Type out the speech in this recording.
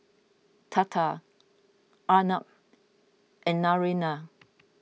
Tata Arnab and Naraina